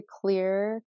clear